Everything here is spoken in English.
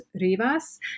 Rivas